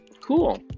Cool